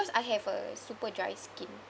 I have a super dry skin